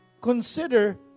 consider